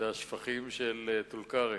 והיא השפכים של טול-כרם,